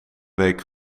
week